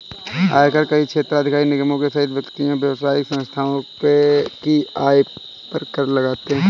आयकर कई क्षेत्राधिकार निगमों सहित व्यक्तियों, व्यावसायिक संस्थाओं की आय पर कर लगाते हैं